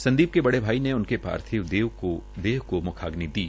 संदीप के बड़े भाई ने उनके पार्थिव देह को मखाग्नि दी